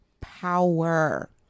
power